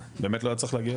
באמת לא היה צריך להגיע